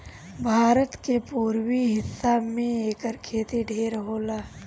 भारत के पुरबी हिस्सा में एकर खेती ढेर होला